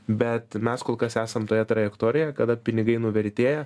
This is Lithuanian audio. bet mes kol kas esam toje trajektorijoje kada pinigai nuvertėja